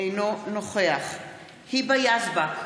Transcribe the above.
אינו נוכח היבה יזבק,